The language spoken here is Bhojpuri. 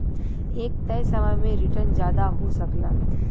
एक तय समय में रीटर्न जादा हो सकला